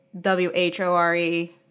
W-H-O-R-E